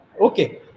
Okay